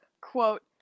quote